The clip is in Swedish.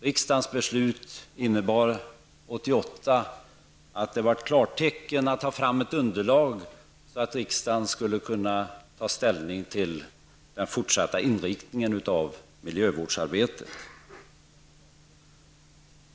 Riksdagens beslut 1988 innebar att man gav klartecken för framtagande av ett underlag som skulle ge riksdagen möjlighet att ta ställning till den fortsatta inriktningen av miljövårdsarbetet.